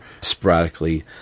sporadically